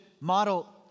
model